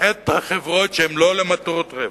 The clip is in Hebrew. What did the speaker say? את החברות שהן לא למטרות רווח,